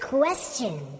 question